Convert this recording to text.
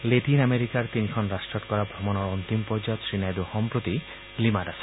Latin আমেৰিকাৰ তিনিখন ৰট্টত কৰা ভ্ৰমণৰ অন্তিম পৰ্যায়ত শ্ৰীনাইডু সম্প্ৰতি লিমাত আছে